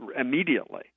immediately